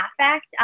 affect